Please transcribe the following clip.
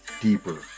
deeper